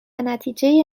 نتیجه